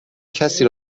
کسی